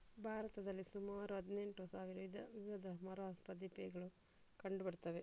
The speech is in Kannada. ಭಾರತದಲ್ಲಿ ಸುಮಾರು ಹದಿನೆಂಟು ಸಾವಿರ ವಿಧದ ಮರ ಪ್ರಭೇದಗಳು ಕಂಡು ಬರ್ತವೆ